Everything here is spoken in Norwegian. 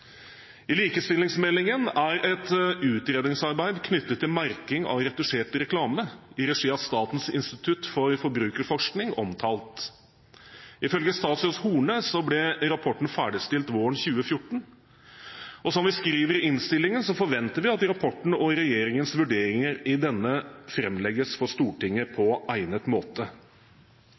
I likestillingsmeldingen er et utredningsarbeid knyttet til merking av retusjert reklame i regi av Statens institutt for forbruksforskning omtalt. Ifølge statsråd Horne ble rapporten ferdigstilt våren 2014, og som vi skriver i innstillingen, forventer vi at «rapporten og regjeringens vurdering av denne fremlegges for Stortinget på egnet måte».